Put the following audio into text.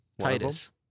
Titus